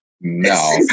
No